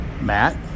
matt